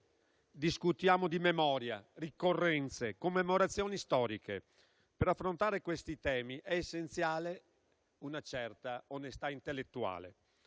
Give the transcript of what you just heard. discutiamo di memoria, ricorrenze e commemorazioni storiche. Per affrontare questi temi è essenziale una certa onestà intellettuale.